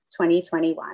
2021